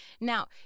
now